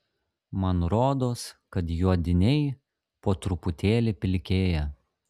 man rodos kad juodiniai po truputėlį pilkėja